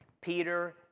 Peter